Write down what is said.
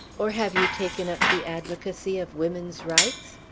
or have you taken up the advocacy of women's rights?